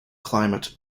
climate